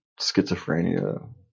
schizophrenia